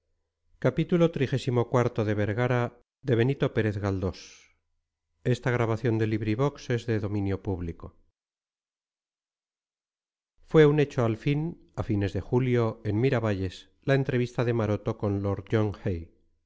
fue un hecho al fin a fines de julio en miravalles la entrevista de maroto con lord